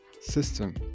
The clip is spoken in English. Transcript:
system